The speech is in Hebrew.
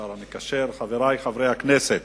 השר המקשר, חברי חברי הכנסת,